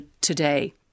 today